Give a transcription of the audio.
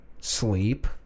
sleep